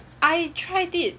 I tried it